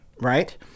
right